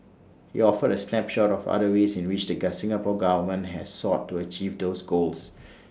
he offered A snapshot of other ways in which the get Singapore Government has sought to achieve those goals